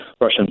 Russian